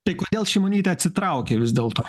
tai kodėl šimonytė atsitraukė vis dėl to